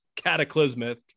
cataclysmic